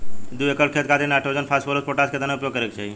दू एकड़ खेत खातिर नाइट्रोजन फास्फोरस पोटाश केतना उपयोग करे के चाहीं?